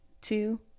two